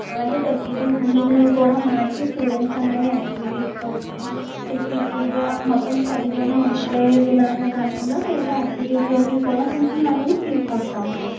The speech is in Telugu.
అలాగే ఫెసిలిటీస్ అన్నీ కూడ మార్చి స్టూడెంట్స్ అందరినీ యాక్టివిటీస్లోకి కొంచెం ఎక్కువగా మొత్తం స్టడీలోనే ఉండిపోయేలాగా కాకుండా వేరే యాక్టివిటీస్లోకి కూడ కొంచెం వాళ్ళని తీసుకొస్తాం సార్